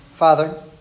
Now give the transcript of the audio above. Father